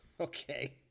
Okay